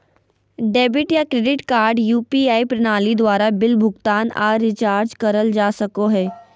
debit या credit card UPI प्रणाली द्वारा बिल भुगतान आर रिचार्ज करल जा सको हय